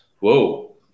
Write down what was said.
Whoa